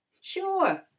Sure